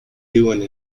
doing